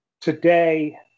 today